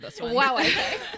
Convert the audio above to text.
wow